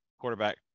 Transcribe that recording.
quarterback